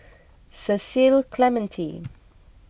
Cecil Clementi